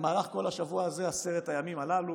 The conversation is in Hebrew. במהלך כל השבוע הזה, עשרת הימים הללו,